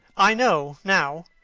i know, now,